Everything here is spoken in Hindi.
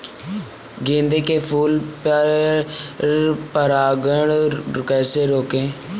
गेंदे के फूल से पर परागण कैसे रोकें?